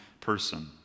person